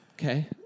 Okay